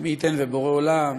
ושמי ייתן ובורא עולם